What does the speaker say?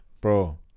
Bro